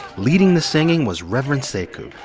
leading the singing was reverend sekou,